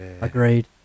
Agreed